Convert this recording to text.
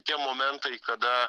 tie momentai kada